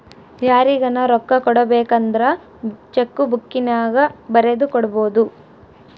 ಯಾರಿಗನ ರೊಕ್ಕ ಕೊಡಬೇಕಂದ್ರ ಚೆಕ್ಕು ಬುಕ್ಕಿನ್ಯಾಗ ಬರೆದು ಕೊಡಬೊದು